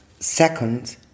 Second